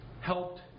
helped